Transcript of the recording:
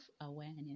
awareness